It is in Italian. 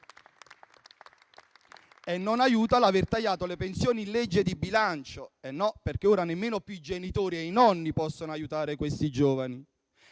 Non aiuta aver tagliato le pensioni in legge di bilancio: ora nemmeno più i genitori e i nonni possono aiutare questi giovani.